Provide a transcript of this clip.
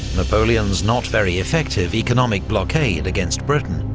napoleon's not very effective economic blockade against britain,